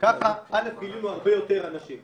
על ידי הכלי הזה גילינו הרבה יותר אנשים